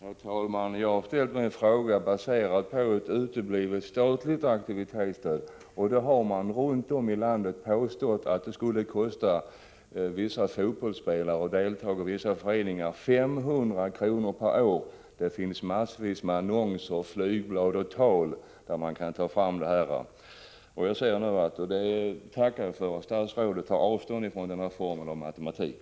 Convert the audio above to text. Herr talman! Den fråga jag ställt är baserad på vad ett uteblivet statligt aktivitetsstöd skulle få till följd. Man har från socialdemokratiskt håll runt om i landet påstått att det skulle kosta vissa fotbollsspelare och medlemmar i vissa föreningar 500 kr. per år. Detta framgår av en mängd annonser, flygblad och tal. Jag tackar för att statsrådet tar avstånd från denna form av matematik.